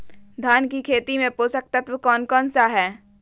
धान की खेती में पोषक तत्व कौन कौन सा है?